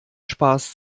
spaß